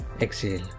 exhale